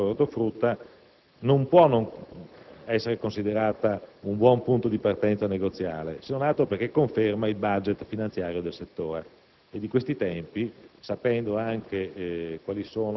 sulla riforma dell'Organizzazione comune di mercato del settore ortofrutticolo non può non essere considerata un buon punto di partenza negoziale, se non altro perché conferma il *budget* finanziario del settore: